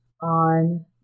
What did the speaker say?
on